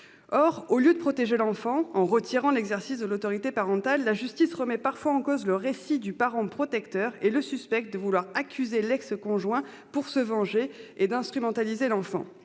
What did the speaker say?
Or, au lieu de protéger l'enfant en retirant l'exercice de l'autorité parentale, la justice remet parfois en cause le récit du parent protecteur et le suspecte d'accuser l'ex-conjoint pour se venger et d'instrumentaliser l'enfant.